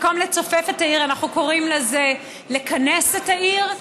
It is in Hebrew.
במקום לצופף את העיר אנחנו קוראים לזה לכנס את העיר,